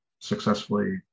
successfully